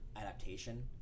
adaptation